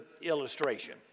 illustration